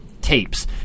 tapes